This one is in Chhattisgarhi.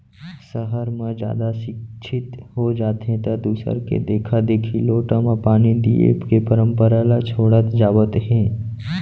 सहर म जादा सिक्छित हो जाथें त दूसर के देखा देखी लोटा म पानी दिये के परंपरा ल छोड़त जावत हें